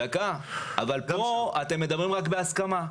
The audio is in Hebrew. פה אתם מדברים רק בהסכמה.